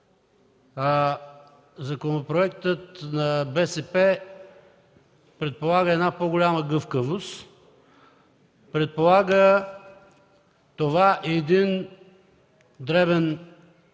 Законопроектът на БСП предполага по-голяма гъвкавост. Предполага един дребен